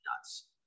nuts